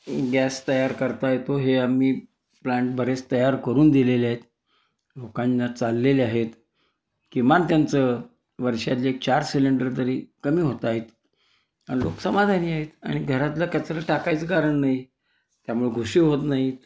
gas तयार करता येतो हे आम्ही प्लांट बरेच तयार करून दिलेले आहेत लोकांना चाललेले आहेत किमान त्यांचं वर्षातले चार सिलेंडर तरी कमी होत आहेत आणि लोक समाधानी आहेत आणि घरातला कचरा टाकायचं कारण नाही त्यामुळे घुशी होत नाहीत